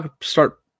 start